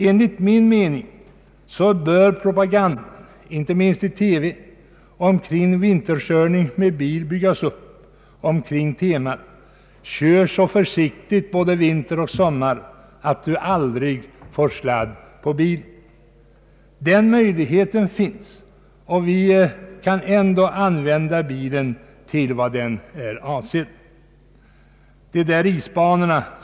Enligt min mening bör propagandan inte minst i TV för vinterkörning med bil byggas upp omkring temat: ”Kör så försiktigt både vinter och sommar att du aldrig får sladd på bilen!” Denna möjlighet finns, och vi kan ändå använda bilen till det ändamål för vilket den är avsedd.